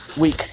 week